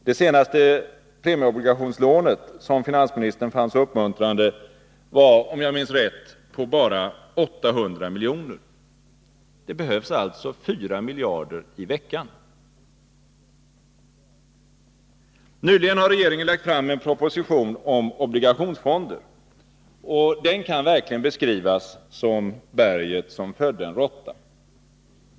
Det senaste premieobligationslånet, som finansministern fann så uppmuntrande, var om jag minns rätt bara på 800 milj.kr. Det behövs alltså 4 miljarder i veckan! Nyligen har regeringen lagt fram en proposition om obligationsfonder. Detta kan verkligen beskrivas som berget som födde en råtta.